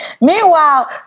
Meanwhile